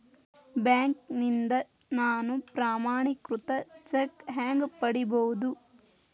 ಬ್ಯಾಂಕ್ನಿಂದ ನಾನು ಪ್ರಮಾಣೇಕೃತ ಚೆಕ್ ಹ್ಯಾಂಗ್ ಪಡಿಬಹುದು?